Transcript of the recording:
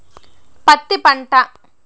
పత్తి పంట